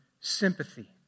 sympathy